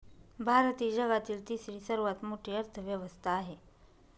भारत ही जगातील तिसरी सर्वात मोठी अर्थव्यवस्था आहे